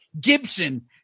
Gibson